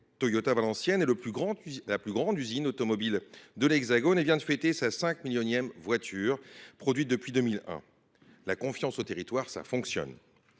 Toyota Valenciennes est la plus grande usine automobile de l’Hexagone ; elle vient de fêter sa cinq millionième voiture produite depuis 2001. Faire confiance aux territoires, cela fonctionne